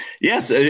yes